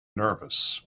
nervous